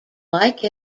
like